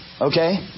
Okay